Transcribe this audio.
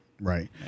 right